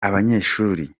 abanyeshuri